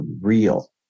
real